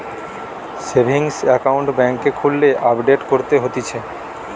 savings account বেংকে খুললে update করতে হতিছে